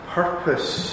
purpose